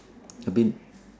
a bit